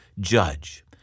judge